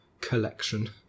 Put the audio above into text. collection